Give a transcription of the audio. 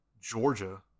Georgia